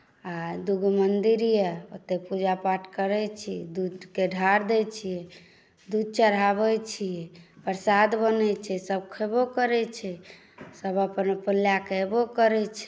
आ दूगो मन्दिर यए ओतय पूजा पाठ करैत छी दूधके ढार दैत छियै दूध चढ़ाबैत छी प्रसाद बनैत छै सभ खएबो करैत छै सभ अपन अपन लए कऽ एबो करैत छै